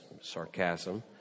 Sarcasm